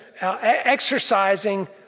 exercising